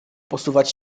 posuwać